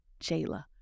Jayla